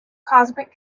cosmic